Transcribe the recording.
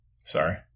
Sorry